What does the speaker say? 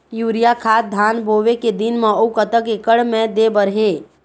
Urea खाद धान बोवे के दिन म अऊ कतक एकड़ मे दे बर हे?